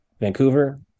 Vancouver